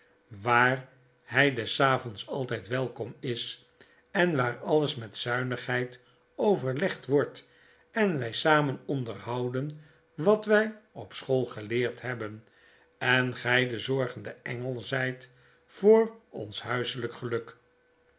middelen waarhy des avonds altyd welkom is en waar alles met zuinigheid overlegd wordt en wy samen onderhouden wat wy op school geleerd hebben en gy de zorgende engel zijt voor ons huiselyk geluk